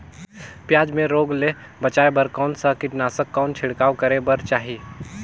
पियाज मे रोग ले बचाय बार कौन सा कीटनाशक कौन छिड़काव करे बर चाही?